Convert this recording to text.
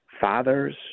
fathers